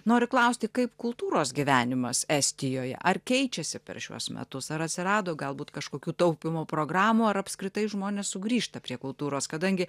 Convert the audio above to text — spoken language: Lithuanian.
noriu klausti kaip kultūros gyvenimas estijoje ar keičiasi per šiuos metus ar atsirado galbūt kažkokių taupymo programų ar apskritai žmonės sugrįžta prie kultūros kadangi